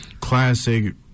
classic